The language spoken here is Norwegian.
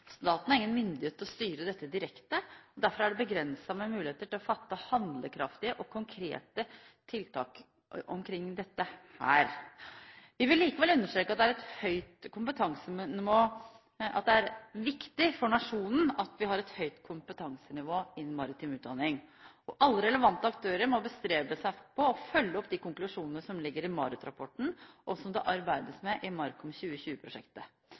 Staten har ingen myndighet til å styre dette direkte. Derfor er det begrenset med muligheter til å fatte handlekraftige og konkrete tiltak omkring dette her. Vi vil likevel understreke at det er viktig for nasjonen at vi har et høyt kompetansenivå innen maritim utdanning. Alle relevante aktører må bestrebe seg på å følge opp de konklusjonene som ligger i MARUT-rapporten, og som det arbeides med i